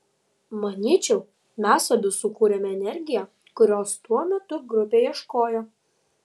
manyčiau mes abi sukūrėme energiją kurios tuo metu grupė ieškojo